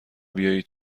بیایی